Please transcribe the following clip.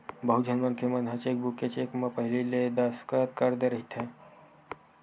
बहुत झन मनखे मन ह चेकबूक के चेक म पहिली ले दस्कत कर दे रहिथे